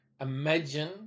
Imagine